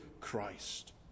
Christ